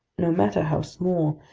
no matter how small,